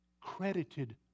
credited